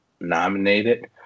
nominated